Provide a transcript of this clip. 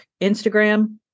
Instagram